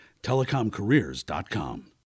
TelecomCareers.com